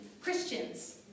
Christians